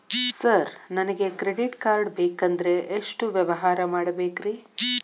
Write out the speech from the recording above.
Sir ನನಗೆ credit card ಬೇಕಂದ್ರೆ ಎಷ್ಟು ವ್ಯವಹಾರ ಮಾಡಬೇಕ್ರಿ?